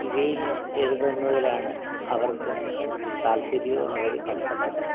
ഇവയിൽ എഴുതുന്നതിലാണ് അവർക്ക് താല്പര്യമോ അവർ കംഫർട്ടബിളും